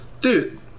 Dude